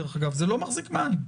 דרך אגב זה לא מחזיק מים.